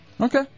Okay